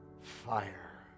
fire